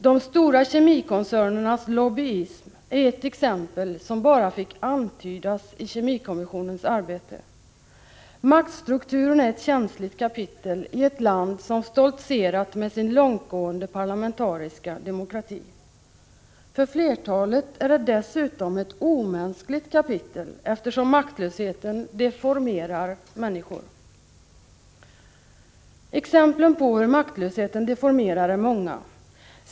De stora kemikoncernernas lobbyism är ett exempel som bara fick antydas i kemikommissionens arbete. Maktstrukturen är ett känsligt kapitel i ett land som stoltserat med sin långtgående parlamentariska demokrati. För flertalet är det dessutom ett omänskligt kapitel, eftersom maktlösheten deformerar människor. Exemplen på hur maktlösheten deformerar är många.